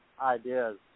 ideas